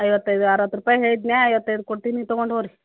ಐವತ್ತೈದು ಅರುವತ್ತು ರೂಪಾಯಿ ಹೇಳಿದ್ನಾ ಐವತ್ತೈದು ಕೊಡ್ತೀನಿ ತೊಗೊಂಡು ಹೋಗ್ರಿ